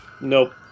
Nope